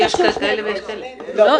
לא,